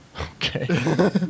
okay